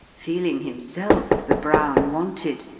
feeling himself the brown wanted,